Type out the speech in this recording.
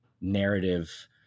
narrative